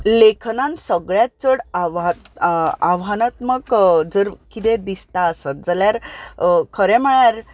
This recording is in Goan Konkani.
लेखनांत सगळ्यांत चड आव्हानात्मक जर कितें दिसता आसत जाल्यार खरें म्हळ्यार